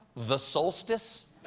the solstice.